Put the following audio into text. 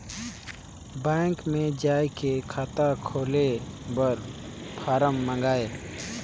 Bank मे जाय के खाता खोले बर फारम मंगाय?